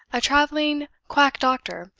a traveling quack doctor,